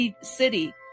city